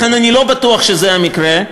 לכן אני לא בטוח שזה המקרה,